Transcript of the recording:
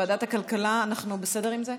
ועדת הכלכלה, אנחנו בסדר עם זה?